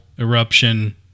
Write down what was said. eruption